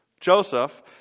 Joseph